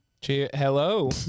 Hello